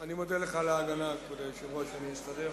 אני מודה לך על ההגנה, כבוד היושב-ראש, אני אסתדר.